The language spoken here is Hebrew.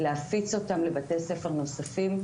להפיץ אותם לבתי ספר נוספים,